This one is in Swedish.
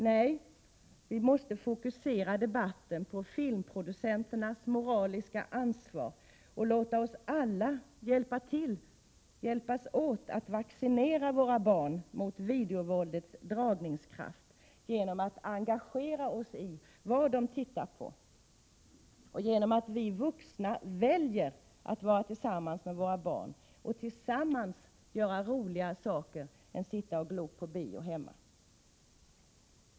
Nej, vi måste fokusera debatten på filmproducenternas moraliska ansvar och alla hjälpas åt att vaccinera våra barn mot videovåldets dragningskraft genom att engagera oss i vad de tittar på och genom att vi vuxna väljer att vara tillsammans med våra barn och tillsammans göra roligare saker än att sitta och ”glo” på bio hemma.